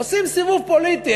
עושים סיבוב פוליטי.